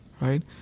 right